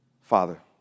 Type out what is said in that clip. Father